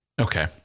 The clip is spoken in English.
Okay